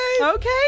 Okay